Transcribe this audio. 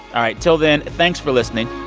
all right. till then, thanks for listening.